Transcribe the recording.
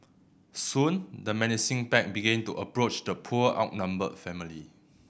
soon the menacing pack began to approach the poor outnumbered family